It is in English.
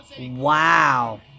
Wow